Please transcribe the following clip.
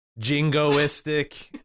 jingoistic